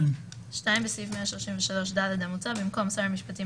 בסעיף 133ד המוצע במקום "שר המשפטים,